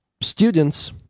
students